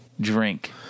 drink